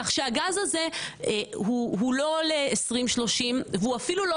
כך שהגז הזה הוא לא ל-2030 והוא אפילו לא